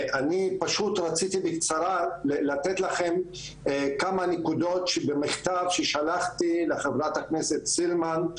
אני רציתי לתת לכם בקצרה כמה נקודות ממכתב ששלחתי לחברת הכנסת סילמן,